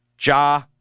Ja